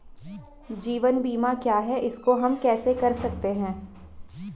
जीवन बीमा क्या है इसको हम कैसे कर सकते हैं?